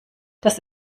das